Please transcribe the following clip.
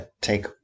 take